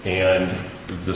and the